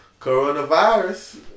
Coronavirus